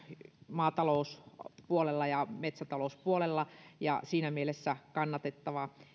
maatalouspuolella ja metsätalouspuolella siinä mielessä tämä on kannatettava